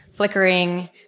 Flickering